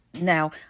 Now